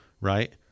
right